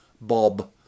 bob